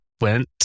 went